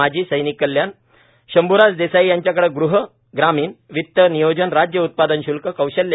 माजी सैनिक कल्याण शंभ्राज देसाई यांच्याकडे गृह ग्रामीण वित्त नियोजन राज्य उत्पादन श्ल्क कौशल्य